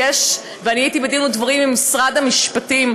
ואני הייתי בדין ודברים עם משרד המשפטים,